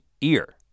ear